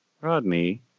Rodney